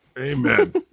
Amen